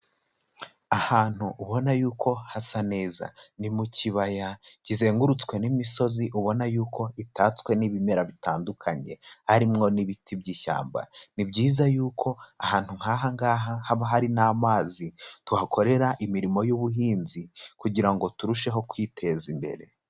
Ahantu ubona yuko hasa neza, ni mu kibaya kizengurutswe n'imisozi ubona y'uko itatswe n'ibimera bitandukanye, harimwo n'ibiti by'ishyamba, ni byiza yuko ahantu nk'aha ngaha haba hari n'amazi tuhakorera imirimo y'ubuhinzi, kugira ngo turusheho kwiteza imbere.